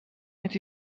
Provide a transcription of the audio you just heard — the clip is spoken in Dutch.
het